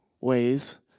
ways